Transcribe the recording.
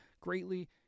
Greatly